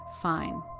fine